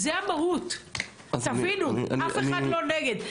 זאת המהות, תבינו, אף אחד לא נגד.